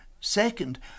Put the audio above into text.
Second